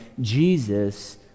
Jesus